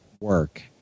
work